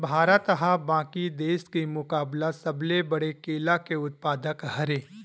भारत हा बाकि देस के मुकाबला सबले बड़े केला के उत्पादक हरे